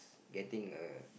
getting a